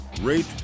rate